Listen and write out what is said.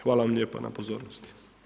Hvala vam lijepa na pozornosti.